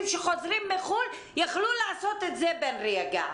שחוזרים מחו"ל יכלו לעשות את זה בן רגע.